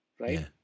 Right